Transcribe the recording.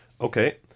Okay